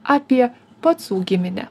apie pacų giminę